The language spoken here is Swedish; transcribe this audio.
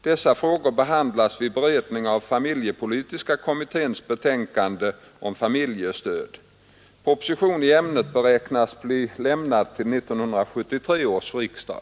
Dessa frågor behandlas vid beredningen av familjepolitiska kommitténs betänkande om familjestöd. Proposition i ämnet beräknas bli lämnad till 1973 års riksdag.